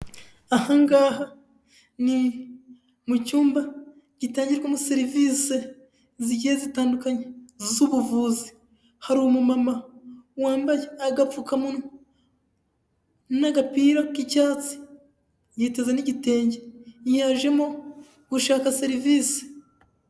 Aha ngaha ni mu cyumba gitangirwamo serivisi zigiye zitandukanye z'ubuvuzi, hari umumama wambaye agapfukamunwa n'agapira k'icyatsi yiteze n'igitenge, yajemo gushaka serivisi.